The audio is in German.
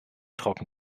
trocken